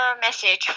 message